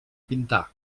pintar